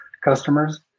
customers